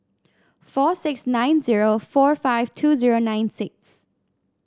four six nine zero four five two zero nine six